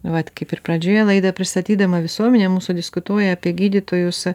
vat kaip ir pradžioje laidą pristatydama visuomenė mūsų diskutuoja apie gydytojus